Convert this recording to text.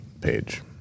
page